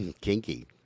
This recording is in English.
kinky